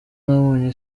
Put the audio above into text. nabonye